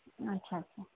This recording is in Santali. ᱟᱪᱪᱷᱟ ᱟᱪᱪᱷᱟ